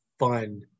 fun